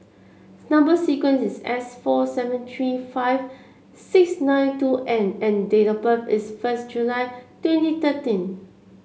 number sequence is S four seven three five six nine two N and date of birth is first July twenty thirteen